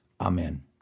Amen